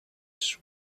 sue